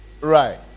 right